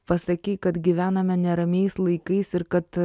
pasakei kad gyvename neramiais laikais ir kad